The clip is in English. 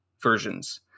versions